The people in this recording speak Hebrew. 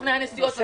סוכני הנסיעות,